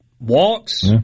Walks